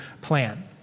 plan